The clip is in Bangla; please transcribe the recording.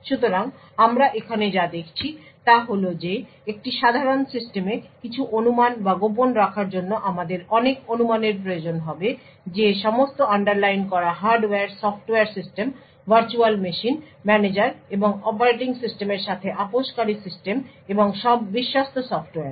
সুতরাং আমরা এখানে যা দেখছি তা হল যে একটি সাধারণ সিস্টেমে কিছু অনুমান বা গোপন রাখার জন্য আমাদের অনেক অনুমানের প্রয়োজন হবে যে সমস্ত আন্ডারলাইন করা hardware software system virtual machine manager এবং অপারেটিং সিস্টেমের সাথে আপসকারী সিস্টেম এবং সব বিশ্বস্ত সফ্টওয়্যার